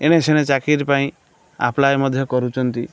ଏଣେସେଣେ ଚାକିରି ପାଇଁ ଆପ୍ଳାଏ ମଧ୍ୟ କରୁଛନ୍ତି